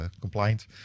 compliant